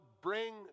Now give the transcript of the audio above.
bring